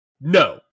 no